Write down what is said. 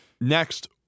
Next